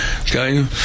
okay